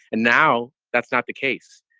and now that's not the case.